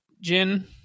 Jin